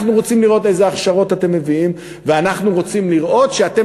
אנחנו רוצים לראות איזה הכשרות אתם מביאים ואנחנו רוצים לראות שאתם